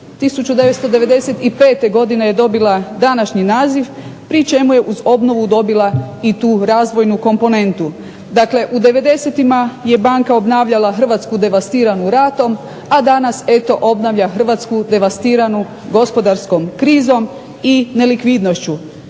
1995. godine je dobila današnji naziv pri čemu je uz obnovu dobila i tu razvojnu komponentu. Dakle, u devedesetima je banka obnavljala Hrvatsku devastiranu ratom, a danas eto obnavlja Hrvatsku devastiranu gospodarskom krizom i nelikvidnošću.